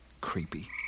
creepy